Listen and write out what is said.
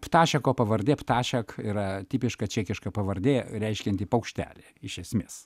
ptašėko pavardė ptašėk yra tipiška čekiška pavardė reiškianti paukštelį iš esmės